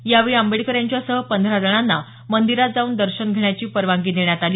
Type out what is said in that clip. यावेळी आंबेडकर यांच्यासह पंधरा जणांना मंदिरात जाऊन दर्शन घेण्याची परवानगी देण्यात आली